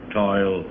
toil